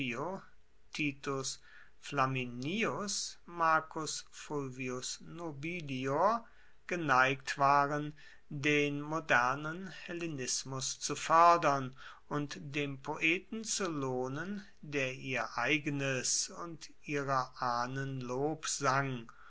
flaminius marcus fulvius nobilior geneigt waren den modernen hellenismus zu foerdern und dem poeten zu lohnen der ihr eigenes und ihrer ahnen lob sang